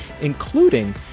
including